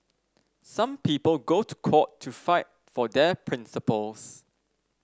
some people go to court to fight for their principles